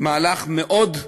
מהלך מאוד,